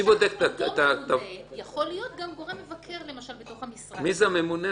אותו ממונה יכול להיות גם גורם מבקר בתוך המשרד.